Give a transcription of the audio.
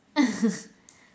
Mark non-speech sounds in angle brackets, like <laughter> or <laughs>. <laughs>